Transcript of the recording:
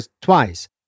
twice